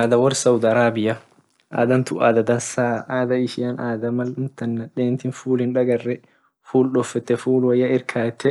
Ada wor saudi arabia ada tun dansa ada amtan mal nadentin full hindagaree ful dofete ful woya irkayete